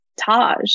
Taj